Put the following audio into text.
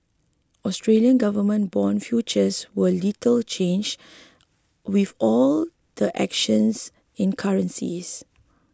Australian government bond futures were little changed with all the actions in currencies